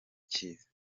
cyiza